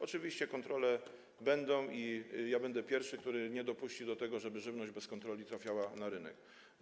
Oczywiście kontrole będą i ja będę pierwszym, który nie dopuści do tego, żeby żywność bez kontroli trafiała na rynek.